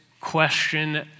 question